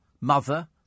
mother